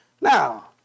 Now